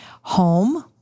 Home